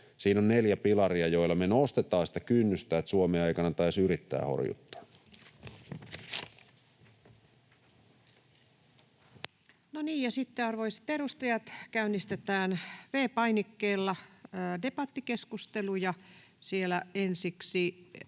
Siinä on neljä pilaria, joilla me nostetaan sitä kynnystä, että Suomea ei kannata edes yrittää horjuttaa. No niin. — Sitten, arvoisat edustajat, käynnistetään V-painikkeella debattikeskustelu. — Ja ensiksi